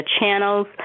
channels